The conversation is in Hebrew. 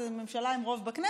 זו ממשלה עם רוב בכנסת,